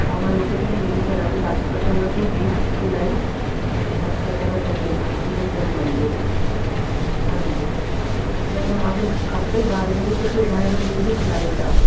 हा मां लोकेशन विझी छॾां थी Lajpat Nagar two G sixty nine Lajpat Nagar second near Shani Mandir हांजी न न मूंखे खपे ॿारहं बजे छोकी ढाई बजे जी फ्लाइट आहे